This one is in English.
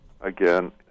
again